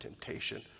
temptation